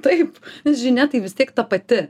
taip žinia tai vis tiek ta pati